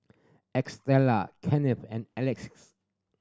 Estella Kenneth and Alexis